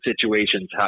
situations